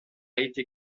été